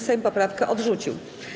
Sejm poprawkę odrzucił.